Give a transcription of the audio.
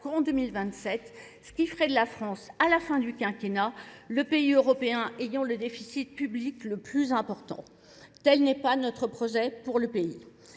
qu'en 2027, ce qui ferait de la France, à la fin du quinquennat, le pays européen ayant le déficit public le plus important. Tel n'est pas notre projet pour le pays.